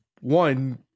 one